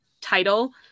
title